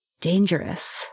dangerous